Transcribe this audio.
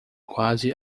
quase